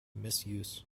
misuse